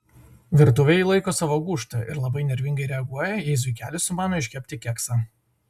virtuvę ji laiko savo gūžta ir labai nervingai reaguoja jei zuikelis sumano iškepti keksą